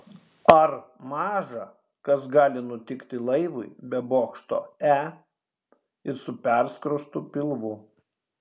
ar maža kas gali nutikti laivui be bokšto e ir su perskrostu pilvu